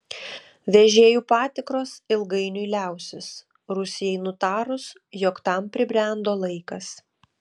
vežėjų patikros ilgainiui liausis rusijai nutarus jog tam pribrendo laikas